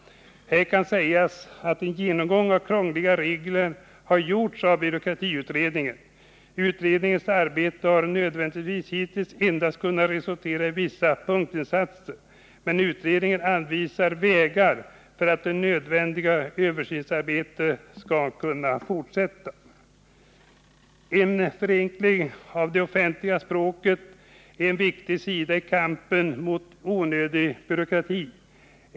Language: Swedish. Här kan sägas att en genomgång av krångliga regler har gjorts av byråkratiutredningen. Utredningens arbete har nödvändigtvis hittills endast kunnat resultera i vissa punktinsatser. Men den anvisar vägar för att det nödvändiga översynsarbetet skall kunna fortsätta. En förenkling av det offentliga språket är en viktig sida i kampen mot onödig byråkrati.